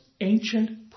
ancient